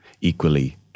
equally